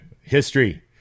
history